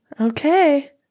Okay